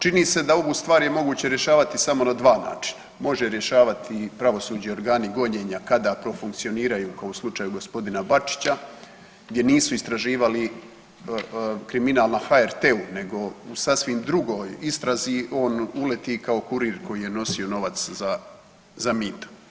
Čini se da ovu stvar je moguće rješavati samo na dva načina, može rješavati pravosuđe i organi gonjenja kada profunkcioniraju kao u slučaju g. Bačića gdje nisu istraživali kriminal na HRT-u nego u sasvim drugoj istrazi on uleti kao kurir koji je nosio novac za mito.